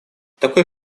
такой